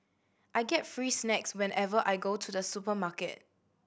I get free snacks whenever I go to the supermarket